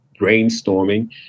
brainstorming